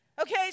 Okay